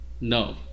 no